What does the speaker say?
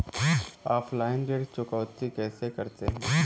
Offline ऋण चुकौती कैसे करते हैं?